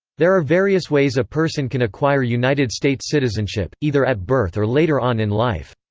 there are various ways a person can acquire united states citizenship, either at birth or later on in life.